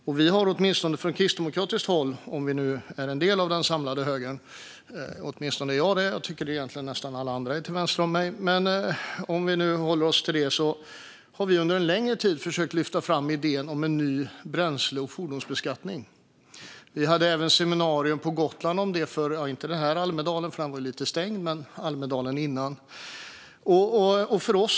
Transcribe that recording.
Om vi kristdemokrater är en del av den samlade högern - det är i alla fall jag, och jag tycker att nästan alla andra är till vänster om mig - har åtminstone vi under en längre tid försökt lyfta fram idén om en ny bränsle och fordonsbeskattning. Vi hade även ett seminarium om det på Gotland under förra årets vecka i Almedalen eftersom det inte blev någon i år.